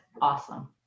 awesome